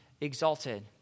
exalted